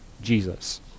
Jesus